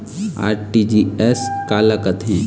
RTGS काला कथें?